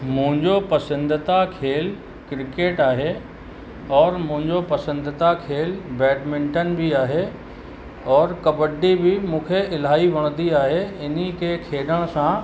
मुंहिंजो पसंदीदा खेल क्रिकेट आहे औरि मुंहिंजो पसंदीदा खेल बैडमिंटन बि आहे और कॿडी बि मूंखे इलाही वणंदी आहे इन खे खेॾण सां